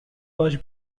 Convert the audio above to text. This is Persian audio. باش